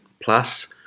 Plus